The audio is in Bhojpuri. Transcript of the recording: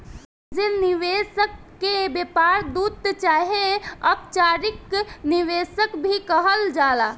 एंजेल निवेशक के व्यापार दूत चाहे अपचारिक निवेशक भी कहल जाला